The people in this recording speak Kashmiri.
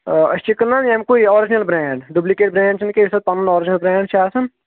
آ أسۍ چھِ کٕنان ییٚمہِ کُے آرجِنل برینڈ دُپلِکیٹ برینڈ چھُنہٕ کینٛہہ یُس اسہِ پنُن آرجِنل برینڈ چھُ آسان